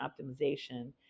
optimization